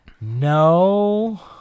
No